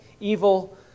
evil